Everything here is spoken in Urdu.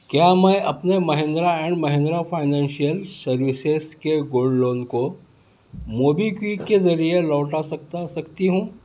کیا میں اپنے Mahindra and Mahindra financial services کے گولڈ لون کو موبی کیوک کے ذریعے لوٹا سکتا سکتی ہوں